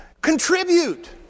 Contribute